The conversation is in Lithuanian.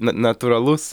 na natūralus